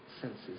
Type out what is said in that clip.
senses